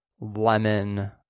lemon